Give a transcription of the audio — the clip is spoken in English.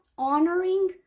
honoring